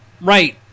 right